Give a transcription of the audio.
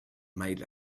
might